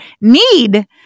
need